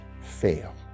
fail